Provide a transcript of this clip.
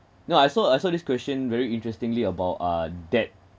no I saw I saw this question very interestingly about uh debt